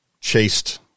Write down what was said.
chased